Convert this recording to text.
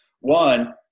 one